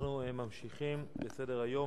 אנחנו ממשיכים בסדר-היום.